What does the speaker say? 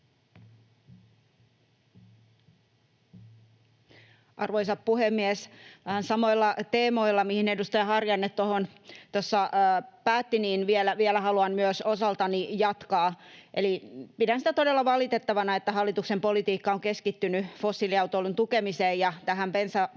Arvoisa puhemies! Samoilla teemoilla, mihin edustaja Harjanne tuossa päätti, haluan vielä myös osaltani jatkaa. Eli pidän sitä todella valitettavana, että hallituksen politiikka on keskittynyt fossiiliautoilun tukemiseen ja tähän bensapopulismiin,